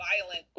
violent